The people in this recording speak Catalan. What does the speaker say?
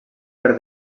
per